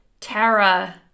Tara